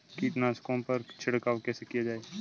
कीटनाशकों पर छिड़काव कैसे किया जाए?